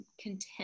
content